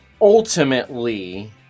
ultimately